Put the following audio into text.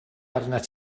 arnat